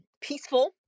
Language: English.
peaceful